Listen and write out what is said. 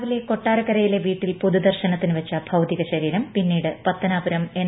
രാവിലെ കൊട്ടാരക്കരയിലെ വീട്ടിൽ പൊതുദർശനത്തിന് വച്ച ഭൌതികശരീരം പിന്നീട് പത്ത്നാപുരം എൻ